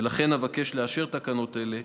ולכן אבקש לאשר תקנות אלה,